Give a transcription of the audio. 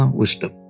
wisdom